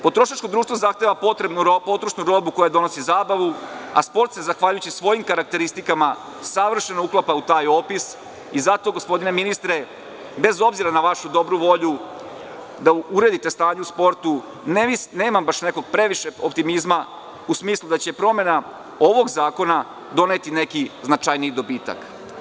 Potrošačko društvo zahteva potrošnu robu koja donosi zabavu, a sport se zahvaljujući, svojim karakteristikama, savršeno uklapa u taj opis i zato, gospodine ministre, bez obzira na vašu dobru volju, da uredite stanje u sportu, nemam baš previše optimizma u smislu da će promena ovog zakona doneti neki značajniji dobitak.